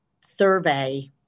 survey